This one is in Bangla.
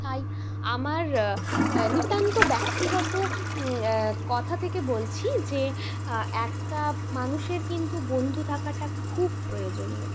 তাই আমার নিতান্ত ব্যক্তিগত কথা থেকে বলছি যে একটা মানুষের কিন্তু বন্ধু থাকাটা খুব প্রয়োজনীয়